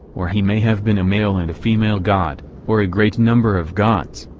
or he may have been a male and a female god, or a great number of gods.